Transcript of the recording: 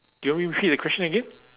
do you want me repeat the question again